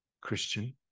christian